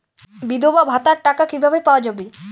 বিধবা ভাতার টাকা কিভাবে পাওয়া যাবে?